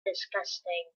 disgusting